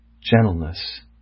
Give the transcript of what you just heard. gentleness